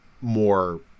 more